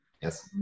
Yes